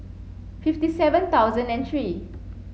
fifty seven thousand and three